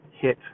hit